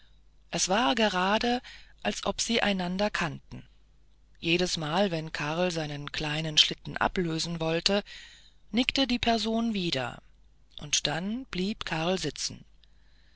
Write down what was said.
es war gerade als ob sie einander kannten jedesmal wenn karl seinen kleinen schlitten ablösen wollte nickte die person wieder und dann blieb karl sitzen